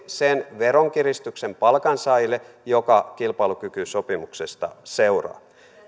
sen veronkiristyksen palkansaajille joka kilpailukykysopimuksesta seuraa